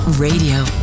Radio